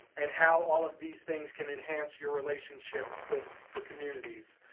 and how all of these things can enhance your relationship with the communities.